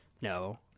No